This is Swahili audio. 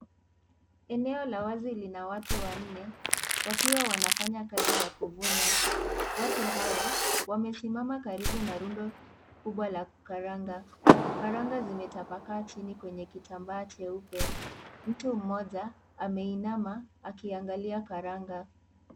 Eneo la wazi Lina watu wanne wakiwa wanafanya kazi ya kuvuna. Watu hawa wamesimama karibu na rundo kubwa la karanga. Karanga zimetabakaa chini kwenye kitambaa jeupe. Mtu mmoja ameinama akiangalia karanga.